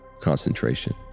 concentration